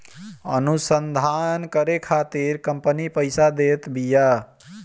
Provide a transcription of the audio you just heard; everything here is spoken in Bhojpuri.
अनुसंधान करे खातिर कंपनी पईसा देत बिया